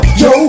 yo